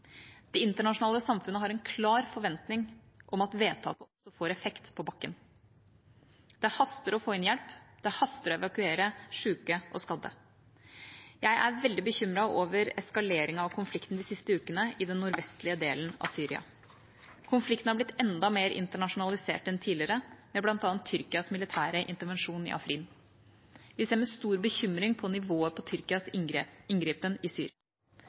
Det internasjonale samfunnet har en klar forventning om at vedtaket får effekt på bakken. Det haster å få inn hjelp. Det haster å evakuere syke og skadde. Jeg er veldig bekymret over eskaleringen av konflikten de siste ukene i den nordvestlige delen av Syria. Konflikten er blitt enda mer internasjonalisert enn tidligere, med bl.a. Tyrkias militære intervensjon i Afrin. Vi ser med stor bekymring på nivået på Tyrkias inngripen i Syria.